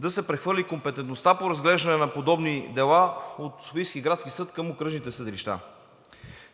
да се прехвърли компетентността по разглеждане на подобни дела от Софийския градски съд към окръжните съдилища.